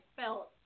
felt